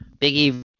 Biggie